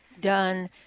done